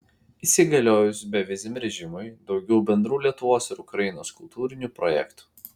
įsigaliojus beviziam režimui daugiau bendrų lietuvos ir ukrainos kultūrinių projektų